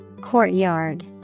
Courtyard